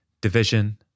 division